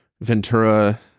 Ventura